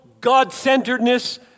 God-centeredness